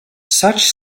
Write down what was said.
such